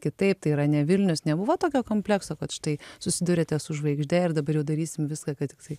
kitaip tai yra ne vilnius nebuvo tokio komplekso kad štai susidūrėte su žvaigžde ir dabar jau darysim viską kad tiktai